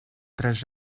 tres